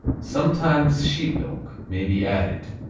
sometimes sheep milk may be added,